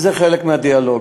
זה חלק מהדיאלוג.